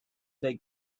they